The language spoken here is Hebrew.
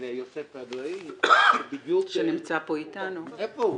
של יוסף אדרעי --- שנמצא פה איתנו.